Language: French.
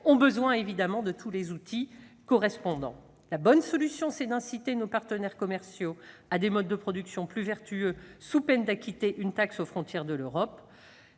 entreprises doivent disposer des outils adaptés. La bonne solution, c'est d'inciter nos partenaires commerciaux à adopter des modes de production plus vertueux, sous peine d'acquitter une taxe aux frontières de l'Europe.